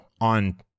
on